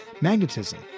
magnetism